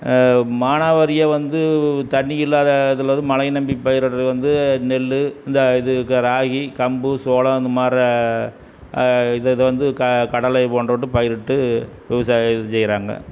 மானாவரியாக வந்து தண்ணி இல்லாத இதில் வந்து மழையை நம்பி பயிரிடுறது வந்து நெல் இந்த இது க ராகி கம்பு சோளம் இந்த மாரி இதை இதை வந்து க கடலை போன்றவற்றை பயிரிட்டு விவசாயம் இது செய்கிறாங்க